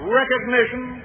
Recognition